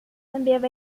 分别